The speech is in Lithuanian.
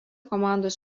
komandos